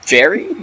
Jerry